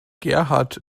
gerhard